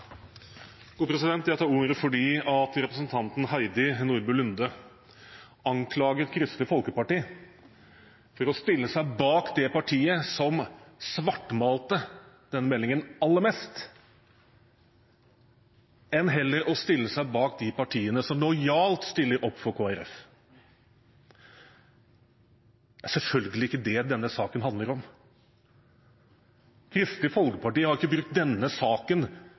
partiet som svartmalte denne meldingen aller mest, heller enn å stille seg bak de partiene som lojalt stiller opp for Kristelig Folkeparti. Det er selvfølgelig ikke det denne saken handler om. Kristelig Folkeparti har ikke brukt denne saken